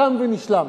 תם ונשלם.